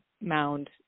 mound